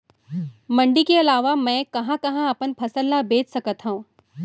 मण्डी के अलावा मैं कहाँ कहाँ अपन फसल ला बेच सकत हँव?